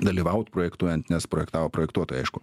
dalyvaut projektuojan nes projektavo projektuotojai aišku